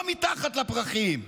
לא מתחת לפרחים.